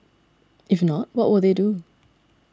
if not what will they do